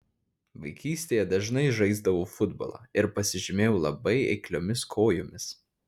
vaikystėje dažnai žaisdavau futbolą ir pasižymėjau labai eikliomis kojomis